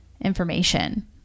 information